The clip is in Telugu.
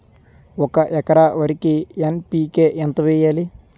ఒక ఎకర వరికి ఎన్.పి కే ఎంత వేయాలి?